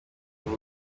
by’u